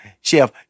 Chef